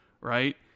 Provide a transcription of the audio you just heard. right